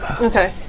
Okay